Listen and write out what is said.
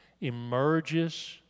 emerges